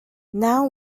now